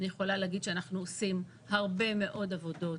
אנחנו עושים הרבה מאוד עבודות,